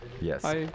Yes